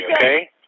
Okay